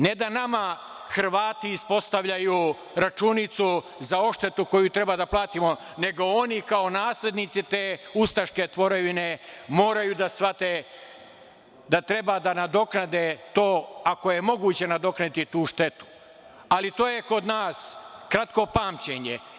Ne da nama Hrvati ispostavljaju računicu za odštetu koju treba da platimo, nego oni kao naslednici te ustaške tvorevine moraju da shvate da treba da nadoknade to, ako je moguće nadoknaditi tu štetu, ali to je kod nas kratko pamćenje.